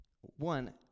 one